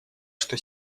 что